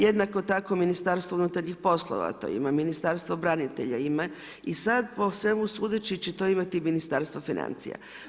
Jednako tako Ministarstvo unutarnjih poslova, to ima Ministarstvo branitelja, i sad po svemu sudeći će to imati i Ministarstvo financija.